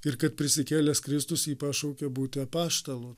ir kad prisikėlęs kristus jį pašaukė būti apaštalu